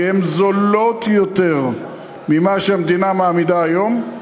כי הן זולות יותר מאלה שהמדינה מעמידה היום,